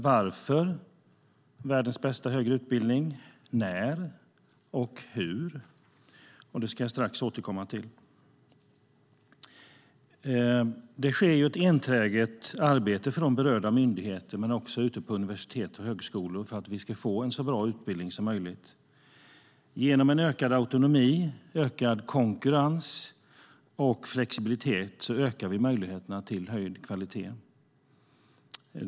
Varför världens bästa högre utbildning? När och hur? Det ska jag strax återkomma till. Det sker ett enträget arbete på berörda myndigheter och ute på universitet och högskolor för att vi ska få en så bra utbildning som möjligt. Med hjälp av ökad autonomi, ökad konkurrens och flexibilitet ökar vi möjligheterna till höjd kvalitet.